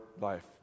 life